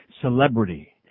celebrity